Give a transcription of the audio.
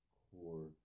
core